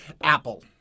Apple